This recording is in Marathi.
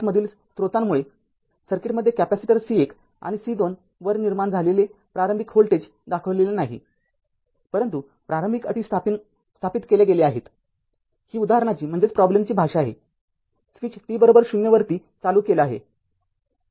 ७ मधील स्रोतांमुळे सर्किटमध्ये कॅपेसिटर C१ आणि C२ वर निर्माण झालेले प्रारंभिक व्होल्टेज दाखविले नाही परंतु प्रारंभिक अटी स्थापित केल्या गेल्या आहेत ही उदाहरणाची भाषा आहे स्विच t० वरती चालू केला आहे